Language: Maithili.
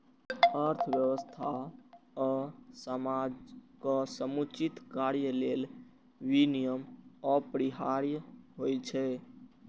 अर्थव्यवस्था आ समाजक समुचित कार्य लेल विनियम अपरिहार्य होइ छै